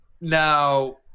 now